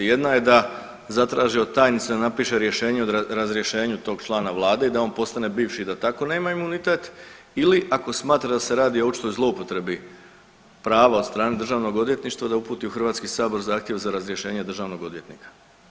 Jedna je da zatraži od tajnice da napiše rješenje o razrješenju tog člana vlade i da on postane bivši i da tako nema imunitet ili ako smatra da se radi o očitoj zloupotrebi prava od strane Državnog odvjetništva da uputi u Hrvatski sabor zahtjev za razrješenje državnog odvjetnika.